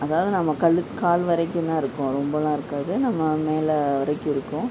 அதாவது நம்ம கணுக்கால் வரைக்கும்தான் இருக்கும் ரொம்பலாம் இருக்காது நம்ம மேலே வரைக்கும் இருக்கும்